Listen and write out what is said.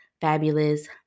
fabulous